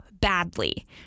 badly